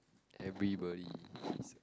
everybody